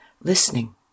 listening